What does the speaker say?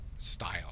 Style